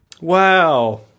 Wow